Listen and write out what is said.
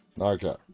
Okay